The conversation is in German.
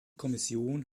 kommission